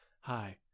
Hi